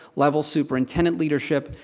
level superintendent leadership,